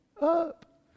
up